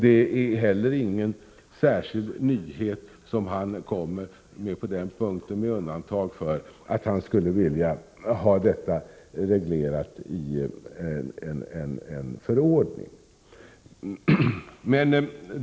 Det är ingen särskild nyhet han kommer med på den punkten heller, med undantag för att han skulle vilja ha detta reglerat i en förordning.